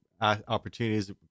opportunities